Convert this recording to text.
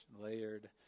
layered